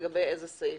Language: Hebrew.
לגבי איזה סעיף.